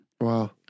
Wow